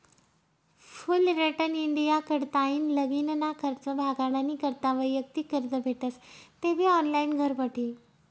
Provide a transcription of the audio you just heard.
Fullerton India कडताईन लगीनना खर्च भागाडानी करता वैयक्तिक कर्ज भेटस तेबी ऑनलाईन घरबठी